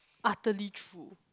utterly true